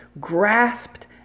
grasped